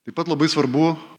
taip pat labai svarbu